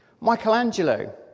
Michelangelo